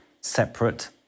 separate